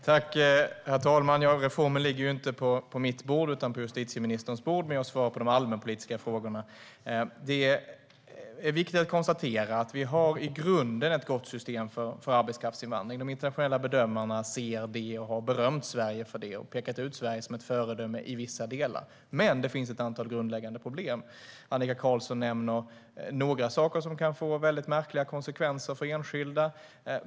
Herr talman! Reformen ligger inte på mitt bord utan på justitieministerns bord, men jag svarar på de allmänpolitiska frågorna. Det är viktigt att konstatera att vi i grunden har ett gott system för arbetskraftsinvandring. De internationella bedömarna ser det, har berömt Sverige för det och har pekat ut Sverige som ett föredöme i vissa delar. Men det finns ett antal grundläggande problem. Annika Qarlsson nämner några saker som kan få mycket märkliga konsekvenser för enskilda.